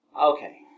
Okay